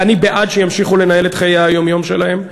ואני בעד שימשיכו לנהל את חיי היום-יום שלהם.